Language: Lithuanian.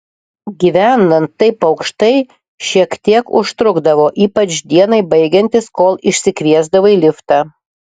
gyvenant taip aukštai šiek tiek užtrukdavo ypač dienai baigiantis kol išsikviesdavai liftą